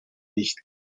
nicht